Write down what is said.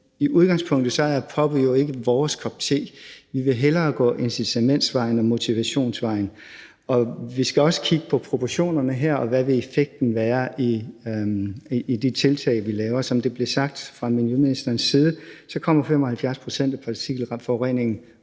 i udgangspunktet er påbud jo ikke vores kop te. Vi vil hellere gå incitamentsvejen og motivationsvejen. Og vi skal også kigge på proportionerne her, og hvad effekten vil være af de tiltag, vi laver. Som det blev sagt fra miljøministerens side, kommer 75 pct. af partikelforureningen